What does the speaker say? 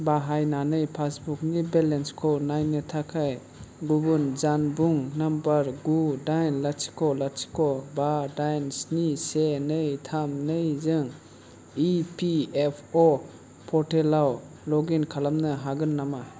बाहायनानै पासबुकनि बेलेन्सखौ नायनो थाखाय गुबुन जानबुं नम्बर गु दाइन लाथिख' लाथिख' बा दाइन स्नि से नै थाम नै जों इ पि एफ अ' पर्टेलाव लग इन खालामनो हागोन नामा